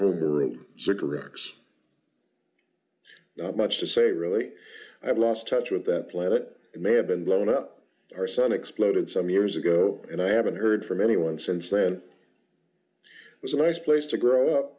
cigarettes not much to say really i've lost touch with that plan it may have been blown up our son exploded some years ago and i haven't heard from anyone since then was a nice place to grow up